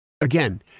again